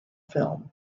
film